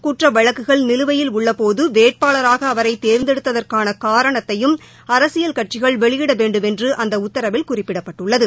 குற்றவழக்குகள் நிலுவையில் உள்ளபோதுவேட்பாளராகஅவரைதேர்ந்தெடுத்ததற்கானகாரணத்தையும் அரசியல் கட்சிகள் வெளியிடவேண்டும் என்றுஅந்தஉத்தரவில் குறிப்பிடப்பட்டுள்ளது